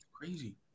crazy